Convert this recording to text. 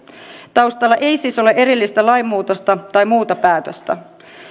taustalla ei siis ole erillistä lainmuutosta tai muuta päätöstä